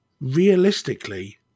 realistically